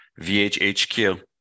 VHHQ